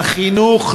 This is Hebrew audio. לחינוך,